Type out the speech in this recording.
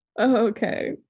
Okay